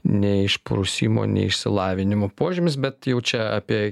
neišprusimo neišsilavinimo požymis bet jau čia apie